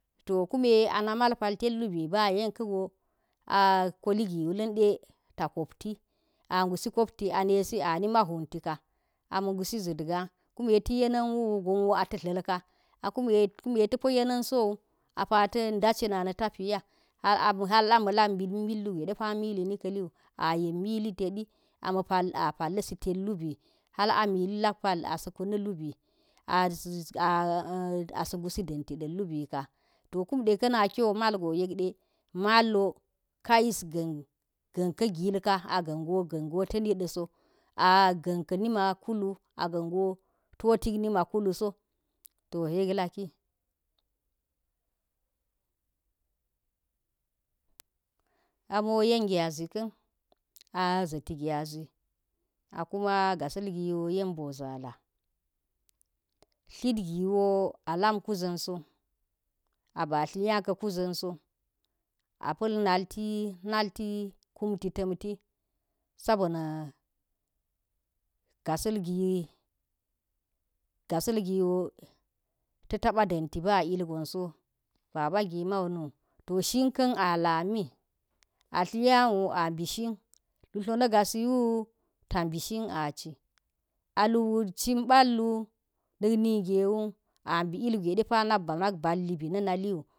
To kume ana mal paltet hi bi ba yen ka̱ go a koli gi wulin deta kabti a ngusi kopti anesi a nima hwenti ka a ma ngusi zat ga kinne ta̱ yenan wo a ta̱ tlal ka̱ akume ta po yemin sowu a ta̱ cicina na ta fiya hal ama lak mbi hugwe de pawo mili nikaliu ayen milite di a pali sit et lubo, hal a mili lak pal, a sa̱ kina luba asa̱ ngusi danti din lubi ka, a kunde kyo mal go fam da so a gan go fami da so a gan kan nima kulu a gan go to ta ni ma kulu so, to yek laki. Amo yen gyazi kan a za ti gyazi akima gasil giwo a lam kuzan so, a tlaya ka̱ kuzan so, a pa̱l nalti, nalti kunfi ta mti, sa bona gasal, gasal giwo, ta̱ taba̱ danti ba il gonso baba girman nu to shin kan a lami ba tliyawu a mbishin, lutlo na̱ ga si wu ta mbi shin a ci, cin bal wu, nik nigewu ilgwe depa nak ba nak vali bi na naliwu.